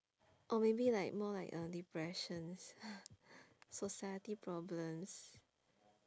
or maybe like more like uh depressions society problems